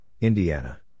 Indiana